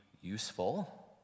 useful